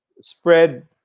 spread